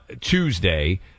Tuesday